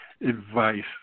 advice